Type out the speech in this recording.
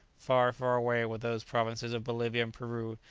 far, far away were those provinces of bolivia and peru,